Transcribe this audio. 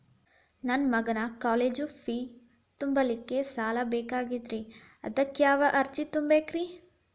ನನ್ನ ಮಗನ college fee ತುಂಬಲಿಕ್ಕೆ ಸಾಲ ಬೇಕಾಗೆದ್ರಿ ಅದಕ್ಯಾವ ಅರ್ಜಿ ತುಂಬೇಕ್ರಿ?